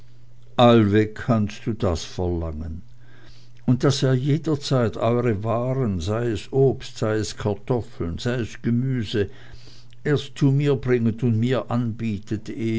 allweg kannst du das verlangen und daß ihr jederzeit eure waren sei es obst seien es kartoffeln sei es gemüse erst zu mir bringet und mir anbietet